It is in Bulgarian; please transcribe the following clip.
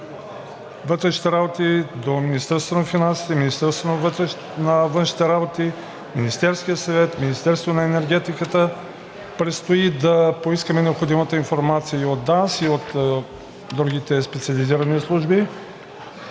вътрешните работи, Министерството на финансите и Министерството на външните работи, Министерския съвет, Министерството на енергетиката. Предстои да поискаме необходимата информация от ДАНС и от другите специализирани служби,